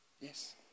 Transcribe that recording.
Yes